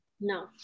No